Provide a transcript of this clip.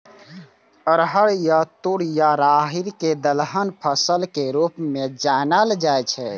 अरहर या तूर या राहरि कें दलहन फसल के रूप मे जानल जाइ छै